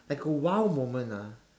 like a !wow! moment ah